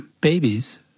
babies